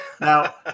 Now